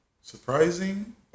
surprising